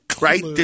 Right